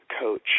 coach